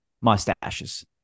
mustaches